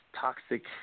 toxic